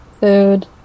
food